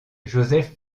joseph